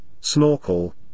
snorkel